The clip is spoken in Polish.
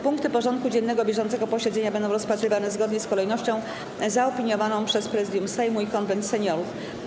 Punty porządku dziennego bieżącego posiedzenia będą rozpatrywane zgodnie z kolejnością zaopiniowaną przez Prezydium Sejmu i Konwent Seniorów.